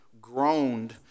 groaned